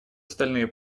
остальные